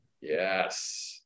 Yes